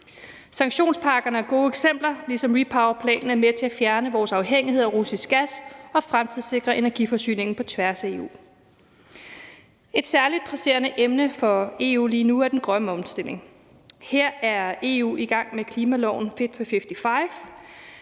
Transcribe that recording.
Sanktionspakkerne er gode eksempler, ligesom REPowerEU-planen er med til at fjerne vores afhængighed af russisk gas og fremtidssikre energiforsyningen på tværs af EU. Et særligt presserende emne for EU lige nu er den grønne omstilling. Her er EU i gang med klimaloven Fit for 55,